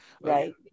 right